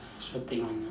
sure take one ah